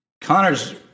Connor's